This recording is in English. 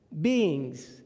beings